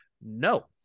No